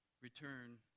return